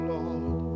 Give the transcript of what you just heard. Lord